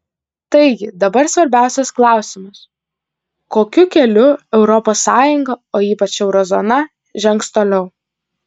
taigi dabar svarbiausias klausimas kokiu keliu europos sąjunga o ypač euro zona žengs toliau